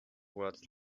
words